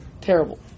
Terrible